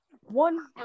one